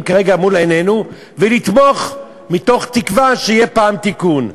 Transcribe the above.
כרגע מול עינינו ולתמוך מתוך תקווה שיהיה פעם תיקון?